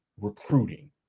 recruiting